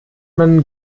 man